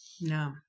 No